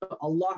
Allah